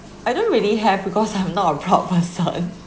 I don't really have because I'm not a proud person